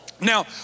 Now